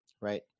right